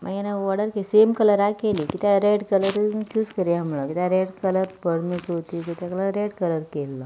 मागीर हांवें ऑर्डर केली सेम कलराची केली कित्याक रेड कलर चूज करया म्हणलो कित्याक रेड कलर बरो न्हय चवथीक ताका लागून रेड कलर केल्लो